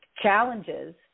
challenges